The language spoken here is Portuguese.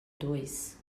dois